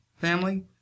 family